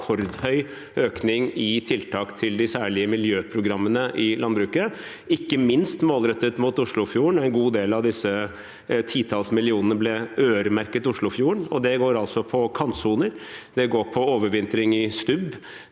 rekordhøy økning i tiltak til de særlige miljøprogrammene i landbruket, ikke minst målrettet mot Oslofjorden. En god del av disse titalls millionene ble øremerket Oslofjorden. Det går på kantsoner, det går på overvintring i stubb,